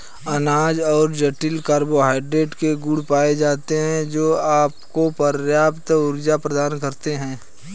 अनाज में जटिल कार्बोहाइड्रेट के गुण पाए जाते हैं, जो आपको पर्याप्त ऊर्जा प्रदान करते हैं